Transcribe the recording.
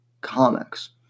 Comics